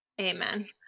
Amen